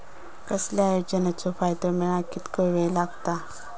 कसल्याय योजनेचो फायदो मेळाक कितको वेळ लागत?